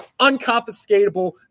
Unconfiscatable